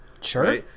Sure